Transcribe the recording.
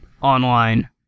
Online